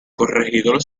corregidor